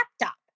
laptop